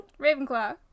Ravenclaw